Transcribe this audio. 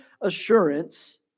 assurance